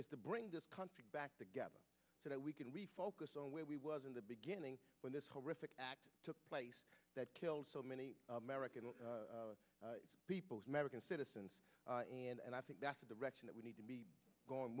is to bring this country back together so that we can refocus on where we was in the beginning when this horrific act took place that killed so many american people's medical citizens and i think that's the direction that we need to be going